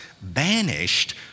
banished